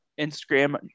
Instagram